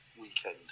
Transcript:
weekend